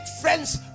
friends